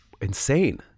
insane